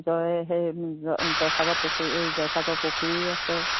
জয় সেই জয়সাগৰ পুখুৰী জয়সাগৰ পুখুৰীও আছে